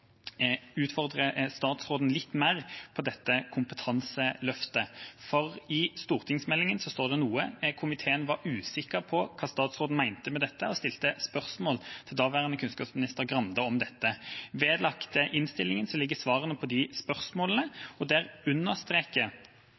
statsråden litt mer på dette kompetanseløftet. For i stortingsmeldingen står det noe, hvor komiteen var usikker på hva statsråden mente og stilte spørsmål til daværende kunnskapsminister Skei Grande om dette. Vedlagt innstillingen ligger svarene på de spørsmålene, og der understreker